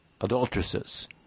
Adulteresses